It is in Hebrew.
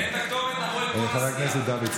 נבוא עם כל הסיעה.